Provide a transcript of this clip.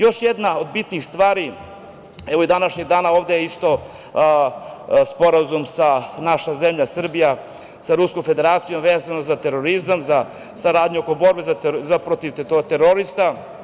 Još jedna od bitnih stvari, ovog današnjeg dana je, sporazum, naša zemlja Srbija sa Ruskom Federacijom, vezano za terorizam, za saradnju u borbi protiv terorista.